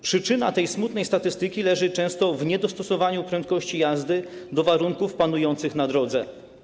Przyczyna tej smutnej statystyki leży często w niedostosowaniu prędkości jazdy do warunków panujących na drodze.